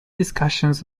discussions